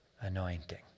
anointing